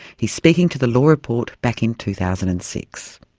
he's speaking to the law report back in two thousand and six.